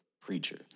preacher